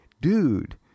dude